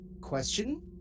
Question